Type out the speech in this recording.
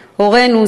הורינו,